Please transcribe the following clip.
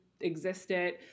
existed